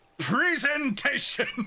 PRESENTATION